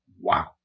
wow